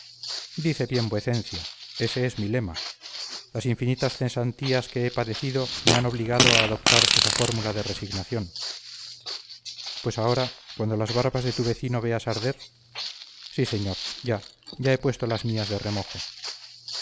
dice bien vuecencia ese es mi lema las infinitas cesantías que he padecido me han obligado a adoptar esa fórmula de resignación pues ahora cuando las barbas de tu vecino veas arder sí señor ya ya he puesto las mías de remojo